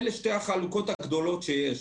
אלה שתי החלוקות הגדולות שיש